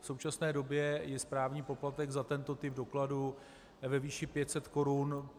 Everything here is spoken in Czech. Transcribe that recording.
V současné době je správní poplatek za tento typ dokladu ve výši 500 korun.